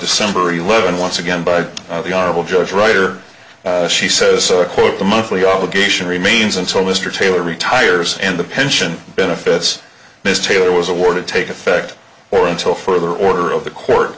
december eleven once again by the honorable judge writer she says quote the monthly obligation remains until mr taylor retires and the pension benefits mr taylor was awarded take effect or until further order of the court